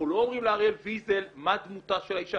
אנחנו לא אומרים להראל ויזל מה דמותה של האישה.